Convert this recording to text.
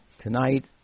Tonight